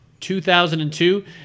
2002